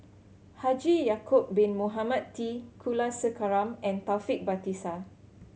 Haji Ya'acob Bin Mohamed T Kulasekaram and Taufik Batisah